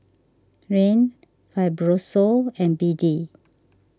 Rene Fibrosol and B D